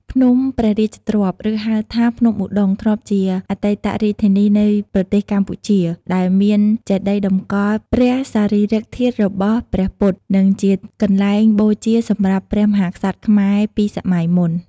ភ្នំព្រះរាជទ្រព្យ ឬហៅថា ភ្នំឧដុង្គធ្លាប់ជាអតីតរាជធានីនៃប្រទេសកម្ពុជា ដែលមានចេតិយតម្កល់ព្រះសារីរិកធាតុរបស់ព្រះពុទ្ធ និងជាកន្លែងបូជាសម្រាប់ព្រះមហាក្សត្រខ្មែរពីសម័យមុន។